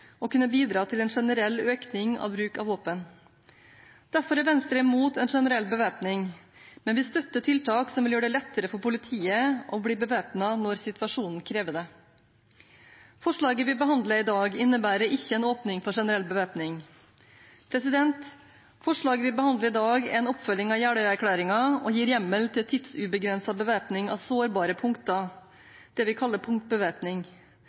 kunne bidra til en generell økning i bruk av våpen. Derfor er Venstre imot en generell bevæpning, men vi støtter tiltak som vil gjøre det lettere for politiet å bli bevæpnet når situasjonen krever det. Forslaget vi behandler i dag, innebærer ikke en åpning for generell bevæpning. Forslaget vi behandler i dag, er en oppfølging av Jeløya-erklæringen og gir hjemmel til tidsubegrenset bevæpning av sårbare punkter, det vi kaller punktbevæpning.